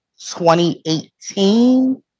2018